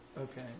Okay